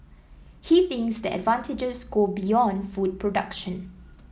he thinks the advantages go beyond food production